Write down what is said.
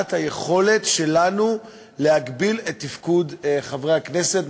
מבחינת היכולת שלנו להגביל את תפקוד חברי הכנסת.